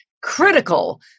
critical